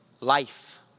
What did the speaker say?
life